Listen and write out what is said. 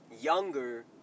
younger